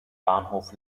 bahnhof